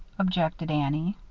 objected annie.